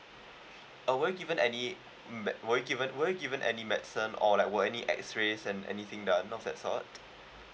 oh were you given any mm mm were you given were given any medicine or like were any X-rays and anything done of that sort